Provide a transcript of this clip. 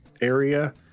area